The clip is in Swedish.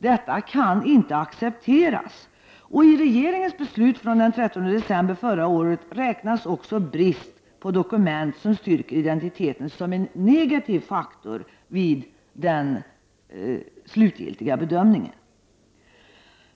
Detta kan inte accepteras, och enligt regeringens beslut den 13 december förra året räknas också brist på dokument som skulle styrka identiteten som en negativ faktor vid den slutliga bedömningen.